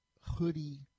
hoodie